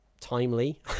timely